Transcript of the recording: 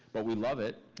but we love it.